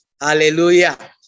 Hallelujah